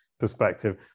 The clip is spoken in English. perspective